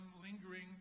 lingering